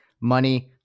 money